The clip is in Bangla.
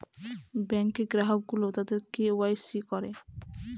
ব্যাঙ্কে গ্রাহক গুলো তাদের কে ওয়াই সি করে